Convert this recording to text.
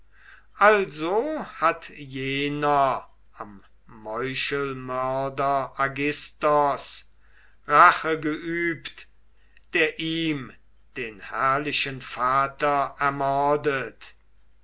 also hat jener am meuchelmörder aigisthos rache geübt der ihm den herrlichen vater ermordet